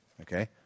okay